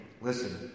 listen